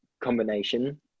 combination